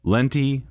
Lenti